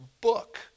book